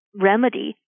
remedy